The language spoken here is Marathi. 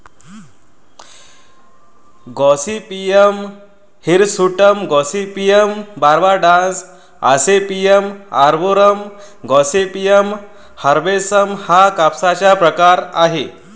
Gossypium hirsutum, gossypium barbadense, gossypium arboreum, gossypium herbaceum हा कापसाचा प्रकार आहे